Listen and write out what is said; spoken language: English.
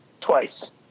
Twice